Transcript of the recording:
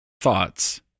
thoughts